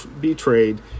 betrayed